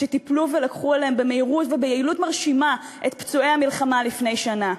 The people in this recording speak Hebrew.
שטיפלו ולקחו עליהם במהירות וביעילות מרשימה את פצועי המלחמה לפני שנה.